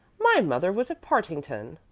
my mother was a partington.